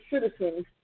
citizens